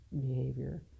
behavior